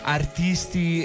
artisti